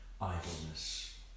idleness